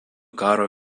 karo